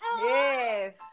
Yes